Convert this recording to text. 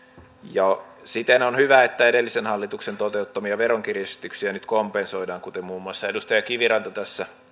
ja siten on hyvä että edellisen hallituksen toteuttamia veronkiristyksiä nyt kompensoidaan kuten muun muassa edustaja kiviranta tässä